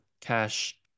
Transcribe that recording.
cash